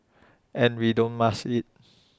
and we don't mask IT